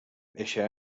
eixe